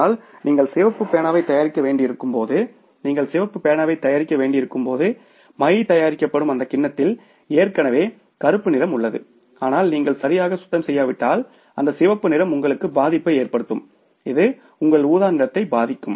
ஆனால் நீங்கள் சிவப்பு பேனாவை தயாரிக்க வேண்டியிருக்கும் போது நீங்கள் சிவப்பு பேனாவை தயாரிக்க வேண்டியிருக்கும் போது மை தயாரிக்கப்படும் அந்த கிண்ணத்தில் ஏற்கனவே கருப்பு நிறம் உள்ளது அதை நீங்கள் சரியாக சுத்தம் செய்யாவிட்டால் அந்த சிவப்பு நிறம் உங்களுக்கு பாதிப்பை ஏற்படுத்தும் இது உங்கள் ஊதா நிறத்தை பாதிக்கும்